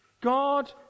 God